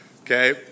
Okay